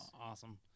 awesome